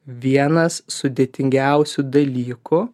vienas sudėtingiausių dalykų